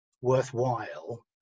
worthwhile